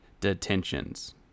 detentions